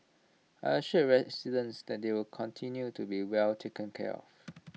I assured residents that they will continue to be well taken care of